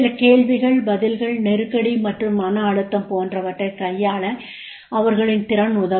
சில கேள்விகளின் பதில்கள் நெறுக்கடி மற்றும் மன அழுத்தம் போன்றவற்றைக் கையாள அவர்களின் திறன் உதவும்